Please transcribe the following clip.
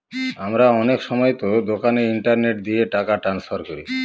আমরা অনেক সময়তো দোকানে ইন্টারনেট দিয়ে টাকা ট্রান্সফার করি